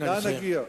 לאן נגיע?